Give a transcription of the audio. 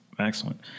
Excellent